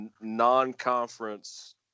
non-conference